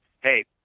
hey